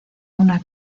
una